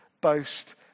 boast